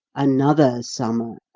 another summer,